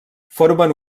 formen